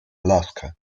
alaska